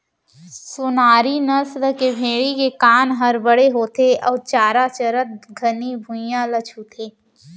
सोनारी नसल के भेड़ी के कान हर बड़े होथे अउ चारा चरत घनी भुइयां ल छूथे